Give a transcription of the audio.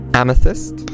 amethyst